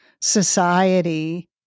society